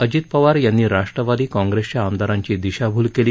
अजित पवार यांनी राष्ट्रवादी काँग्रेसच्या आमदारांची दिशाभूल केली